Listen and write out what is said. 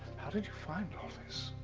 how did you find all this?